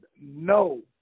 no